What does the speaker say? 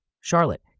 Charlotte